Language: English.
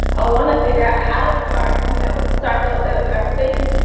i want to figure out how to start you know start those set of conversations.